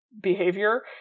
behavior